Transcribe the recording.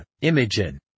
Imogen